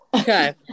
Okay